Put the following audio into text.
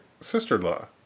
sister-in-law